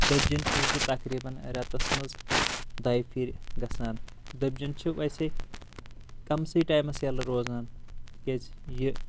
دٔبۍ جن چھُس بہٕ تقریٖبن رٮ۪تس منٛز دوٚیہِ پھِرۍ گژھان دٔبۍ جن چھُ ویسے کمسٕے ٹایمس یَلہٕ روزان تِکیٛازِ یہِ